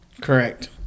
correct